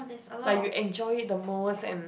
like you enjoy it the moment in